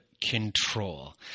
control